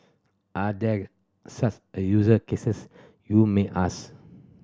are there such a use cases you may ask